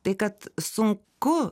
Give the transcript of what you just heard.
tai kad sunku